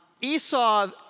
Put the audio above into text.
Esau